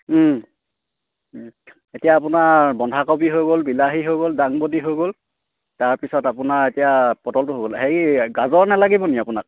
এতিয়া আপোনাৰ বন্ধাকবি হৈ গ'ল বিলাহী হৈ গ'ল ডাংবদী হৈ গ'ল তাৰ পিছত আপোনাৰ এতিয়া পটলটো হৈ গ'ল হেৰি গাজৰ নালাগিব নেকি আপোনাক